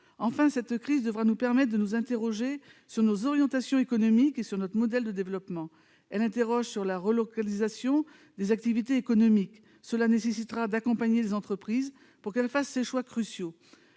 Enfin, cette crise devra nous conduire à nous interroger sur nos orientations économiques et sur notre modèle de développement. Elle suscite une réflexion sur la relocalisation des activités économiques. Cela nécessitera d'accompagner les entreprises pour qu'elles fassent ces choix cruciaux,